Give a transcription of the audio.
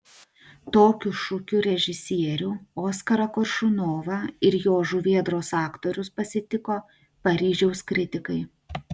tokiu šūkiu režisierių oskarą koršunovą ir jo žuvėdros aktorius pasitiko paryžiaus kritikai